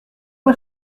pas